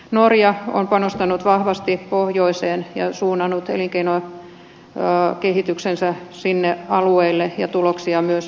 norja on panostanut vahvasti pohjoiseen ja suunnannut elinkeinokehityksensä niille alueille ja tuloksia myös näkyy